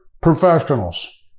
professionals